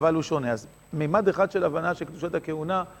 אבל הוא שונה, אז מימד אחד של הבנה שקדושת הכהונה...